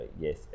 Yes